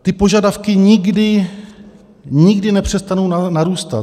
Ty požadavky nikdy, nikdy nepřestanou narůstat.